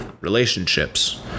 relationships